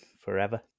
forever